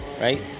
right